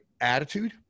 attitude